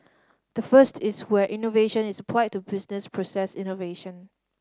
the first is where innovation is applied to business process innovation